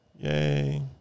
Yay